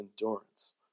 endurance